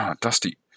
Dusty